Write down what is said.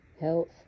health